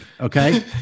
okay